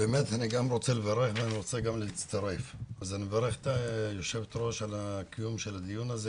אני גם רוצה לברך את יושבת הראש על קיום הדיון הזה,